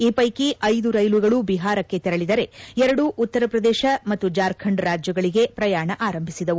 ಈ ಪೈಕಿ ಐದು ರೈಲುಗಳು ಬಿಹಾರಕ್ಕೆ ತೆರಳಿದರೆ ಎರಡು ಉತ್ತರ ಪ್ರದೇಶ ಮತ್ತು ಜಾರ್ಖಂಡ್ ರಾಜ್ವಗಳಿಗೆ ಪ್ರಯಾಣ ಆರಂಭಿಸಿದವು